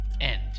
end